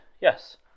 yes